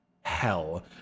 hell